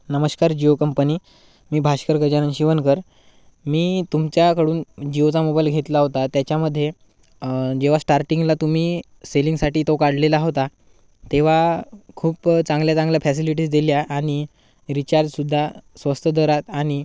नमस्कार जिओ कंपनी मी भाष्कर गजानन शिवनकर मी तुमच्याकडून जिओचा मोबाईल घेतला होता त्याच्यामध्ये जेव्हा स्टार्टिंगला तुम्ही सेलिंगसाठी तो काढलेला होता तेव्हा खूप चांगल्या चांगल्या फॅसिलिटीज दिल्या आणि रिचार्जसुद्धा स्वस्त दरात आणि